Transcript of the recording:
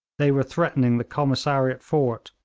they were threatening the commissariat fort,